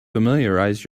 familiarize